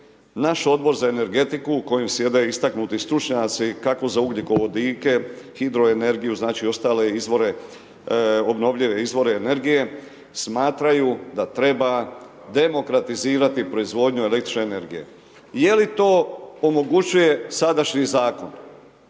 naš Odbor za energetiku u kojem sjede istaknuti stručnjaci kako za ugljikovodike, hidroenergiju, znači i ostale izvore, obnovljive izvore energije, smatraju da treba demokratizirati proizvodnju električne energije. I je li to omogućuje sadašnji zakon.